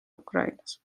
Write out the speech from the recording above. ukrainas